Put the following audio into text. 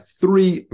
three